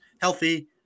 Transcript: healthy